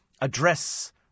address